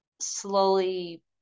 slowly